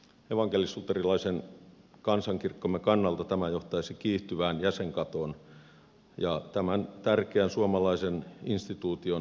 evankelisluterilaisen kansankirkkomme kannalta tämä johtaisi kiihtyvään jäsenkatoon ja tämän tärkeän suomalaisen instituution heikkenemiseen entisestään